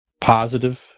positive